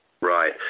Right